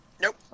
Nope